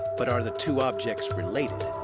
but are the two objects related?